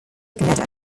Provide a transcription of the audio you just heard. canada